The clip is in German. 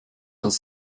als